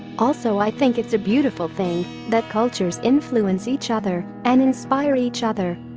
also i think it's a beautiful thing that cultures influence each other and inspire each other.